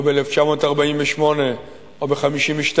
או ב-1948, או ב-1952,